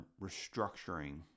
restructuring